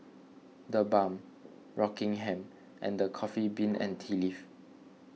the Balm Rockingham and the Coffee Bean and Tea Leaf